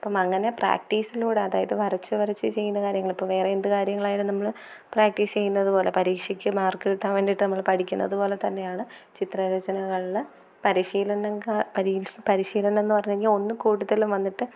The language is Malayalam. അപ്പം അങ്ങനെ പ്രാക്റ്റീസിലൂടെ അതായത് വരച്ചു വരച്ച് ചെയ്യുന്ന കാര്യങ്ങൾ ഇപ്പം വേറെ എന്ത് കാര്യങ്ങളായാലും നമ്മൾ പ്രാക്റ്റീസ് ചെയ്യുന്നത് പോലെ പരീക്ഷയ്ക്കു മാർക്ക് കിട്ടാൻ വേണ്ടിയിട്ട് നമ്മൾ പഠിക്കുന്നത് പോലെ തന്നെയാണ് ചിത്രരചനകളിൽ പരിശീലനം പരിശീലനം എന്ന് പറഞ്ഞ് കഴിഞ്ഞാൽ ഒന്ന് കൂടുതലും വന്നിട്ട്